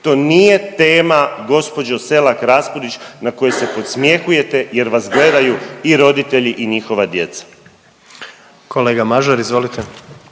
To nije tema gospođo Selak Raspudić na koju se podsmjehujete jer vas gledaju i roditelji i njihova djeca. **Jandroković,